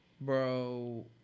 Bro